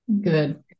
Good